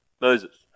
Moses